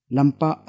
Lampa